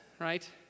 right